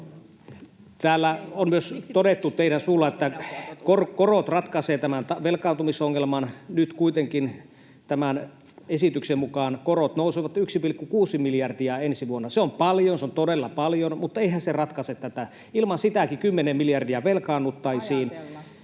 Täällä on myös todettu teidän suullanne, että korot ratkaisevat tämän velkaantumisongelman. Nyt kuitenkin tämän esityksen mukaan korot nousevat 1,6 miljardia ensi vuonna. Se on paljon, se on todella paljon, mutta eihän se ratkaise tätä. Ilman sitäkin 10 miljardia velkaannuttaisiin.